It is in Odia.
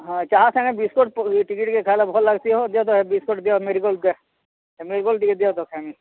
ହଁ ଚାହା ସାଙ୍ଗେ ବିସ୍କୁଟ୍ ଟିକେ ଟିକେ ଖାଏଲେ ଭଲ୍ ଲାଗ୍ସି ହୋ ତ ଦିଅ ଦିଅ ବିସ୍କୁଟ୍ ଦିଅ ମେରି ଗୋଲ୍ଡ ଦିଅ ହେ ମେରି ଗୋଲ୍ଡ ଟିକେ ଦିଅ ତ ଖାଏମି